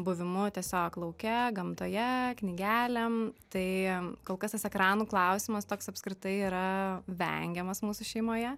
buvimu tiesiog lauke gamtoje knygelėm tai kol kas tas ekranų klausimas toks apskritai yra vengiamas mūsų šeimoje